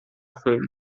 erfüllen